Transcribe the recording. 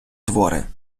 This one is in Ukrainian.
твори